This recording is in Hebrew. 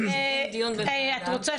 כדי לקיים